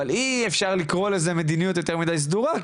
אבל אי אפשר לקרוא לזה מדיניות יותר מדי סדורה,